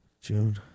June